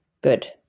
Good